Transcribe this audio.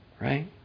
Right